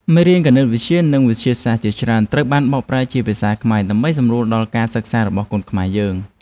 មេរៀនគណិតវិទ្យា និងវិទ្យាសាស្ត្រជាច្រើនត្រូវបានបកប្រែជាភាសាខ្មែរដើម្បីសម្រួលដល់ការសិក្សារបស់កូនខ្មែរយើង។